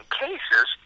cases